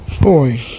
Boy